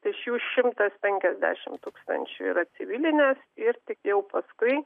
tai iš jų šimtas penkiasdešimt tūkstančių yra civilinės ir tik jau paskui